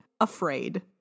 afraid